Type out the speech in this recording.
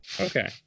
okay